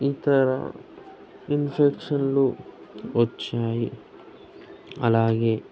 ఇతర ఇన్ఫెక్షన్లు వచ్చాయి అలాగే